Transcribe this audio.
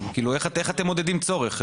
איך אתם מודדים צורך?